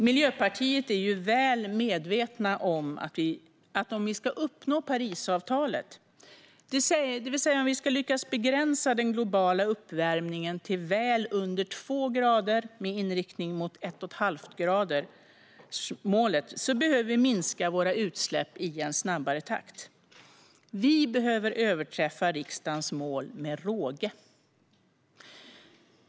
Miljöpartiet är väl medvetet om att om vi ska uppnå Parisavtalet, det vill säga om vi ska lyckas begränsa den globala uppvärmningen till väl under två grader med en inriktning mot 1,5-gradersmålet, behöver vi minska våra utsläpp i en snabbare takt. Vi behöver överträffa riksdagens mål med råge.